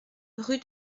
rue